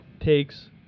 takes